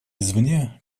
извне